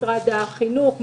משרד החינוך,